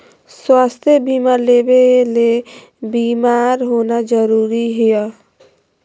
स्वास्थ्य बीमा लेबे ले बीमार होना जरूरी हय?